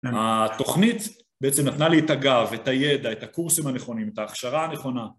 התוכנית בעצם נתנה לי את הגב, את הידע, את הקורסים הנכונים, את ההכשרה הנכונה.